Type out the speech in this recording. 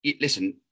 Listen